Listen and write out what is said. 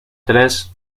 tres